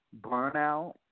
Burnout